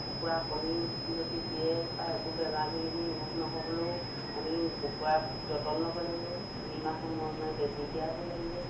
কুকুৰা কণী যদি দিয়ে বা একো বেমাৰ বিঘিনি ৰোগ নহ'বলৈয়ো আমি কুকুৰাক যতন ল'ব লাগিব তিনিমাহ সময় মূৰে বেজী দিয়াব লাগিব